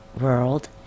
world